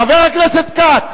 אתה יודע מה, חבר הכנסת רותם.